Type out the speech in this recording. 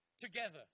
together